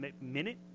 minute